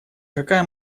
какая